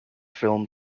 film